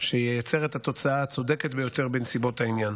שייצר את התוצאה הצודקת ביותר בנסיבות העניין.